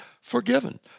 forgiven